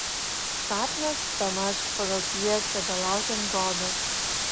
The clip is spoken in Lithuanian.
sapnas bemaž pagal pjesę belaukiant godo